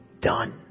done